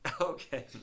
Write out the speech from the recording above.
Okay